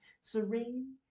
serene